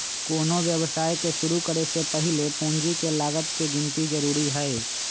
कोनो व्यवसाय के शुरु करे से पहीले पूंजी के लागत के गिन्ती जरूरी हइ